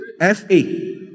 F-A